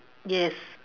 yes